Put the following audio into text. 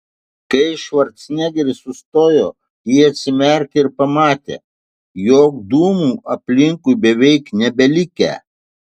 kai švarcnegeris sustojo ji atsimerkė ir pamatė jog dūmų aplinkui beveik nebelikę